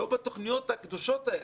לא בתוכניות הקדושות האלה.